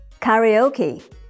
karaoke